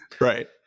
Right